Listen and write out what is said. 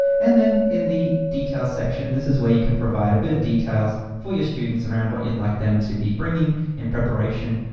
and then in the details section, this is where you can provide a bit of details for your students around what you'd like them to be bringing in preparation,